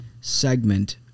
segment